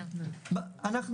אנחנו